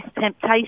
temptation